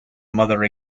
mother